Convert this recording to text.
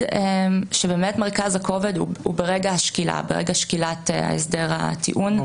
מרכז הכובד הוא ברגע שקילת הסדר הטיעון,